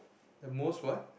the most what